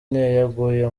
yaguye